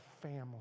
family